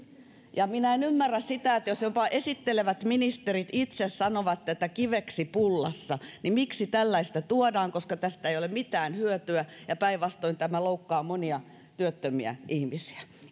minä en ymmärrä sitä että jos jopa esittelevät ministerit itse sanovat tätä kiveksi pullassa niin miksi tällaista tuodaan koska tästä ei ole mitään hyötyä ja päinvastoin tämä loukkaa monia työttömiä ihmisiä